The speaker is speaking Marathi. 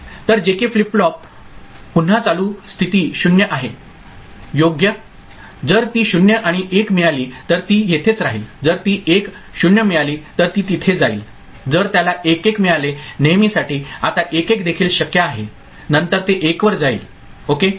तर जेके फ्लिप फ्लॉप पुन्हा चालू स्थिती 0 आहे योग्य जर ती 0 आणि 1 मिळाली तर ती येथेच राहील जर ती 1 0 मिळाली तर ती तिथे जाईल जर त्याला 1 1 मिळाले नेहमीसाठी आता 1 1 देखील शक्य आहे नंतर ते 1 वर जाईल ओके